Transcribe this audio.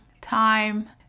time